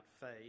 faith